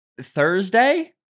Thursday